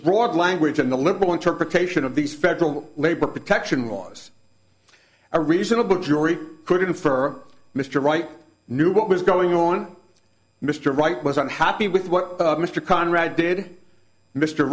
broad language and the liberal interpretation of these federal labor protection laws a reasonable jury could infer mr wright knew what was going on mr wright was unhappy with what mr conrad did mr